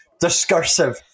discursive